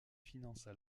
finança